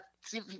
see